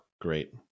great